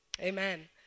Amen